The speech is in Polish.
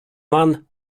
mann